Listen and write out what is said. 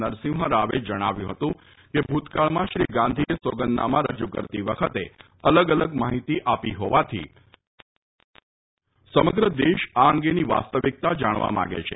નરસિંહ રાવે જણાવ્યું હતું કે ભૂતકાળમાં શ્રી ગાંધીએ સોગંદનામા રજૂ કરતી વખતે અલગ અલગ માહિતી આપી હોવાથી સમગ્ર દેશ આ અંગેની વાસ્તવિક્તા જાણવા માંગે છે